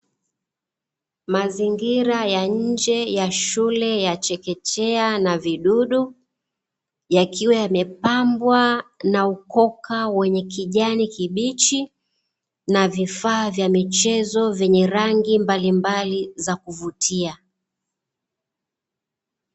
Mazingira ya nje ya shule ya chekechea na vidudu, yakiwa yamepambwa na ukoka wenye kijani kibichi na vifaa vya michezo vyenye rangi mbalimbali za kuvutia.